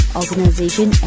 organization